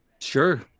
Sure